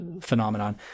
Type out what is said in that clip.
phenomenon